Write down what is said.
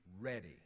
ready